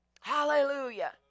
Hallelujah